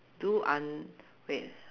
do un~ wait